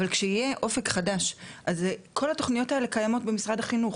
אבל כשיהיה אופק חדש אז כל התוכניות האלה קיימות במשרד החינוך,